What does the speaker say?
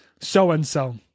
so-and-so